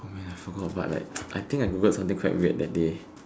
may I forgot but like I think I Googled something quite weird that day